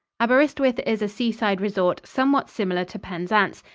aberyswith is a seaside resort, somewhat similar to penzance.